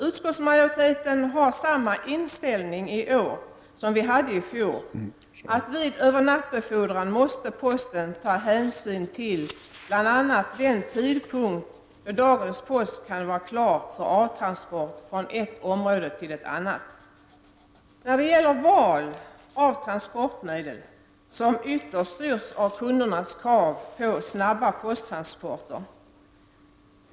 Utskottsmajoriteten har samma inställning i år som vi hade i fjol, att vid övernattsbefordran måste posten ta hänsyn till bl.a. den tidpunkt då dagens post kan vara klar för avtransport från ett område till ett annat, när det gäller val av transportmedel, som ytterst styrs av kundernas krav på snabba posttransporter.